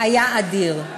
היה אדיר.